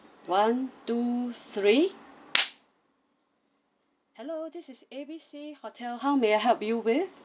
one two three hello this is A B C hotel how may I help you with